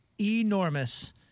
enormous